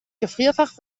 gefrierfach